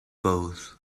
both